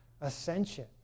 ascension